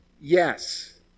Yes